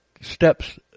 steps